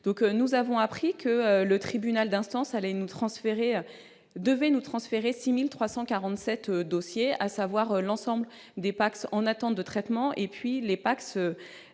Nous avons appris que le tribunal d'instance devait transférer 6 347 dossiers, c'est-à-dire l'ensemble des PACS en attente de traitement et des PACS